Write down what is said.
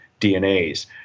DNAs